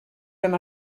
hem